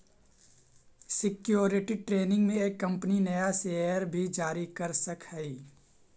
security training में एक company नया शेयर भी जारी कर सकऽ हई